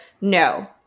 No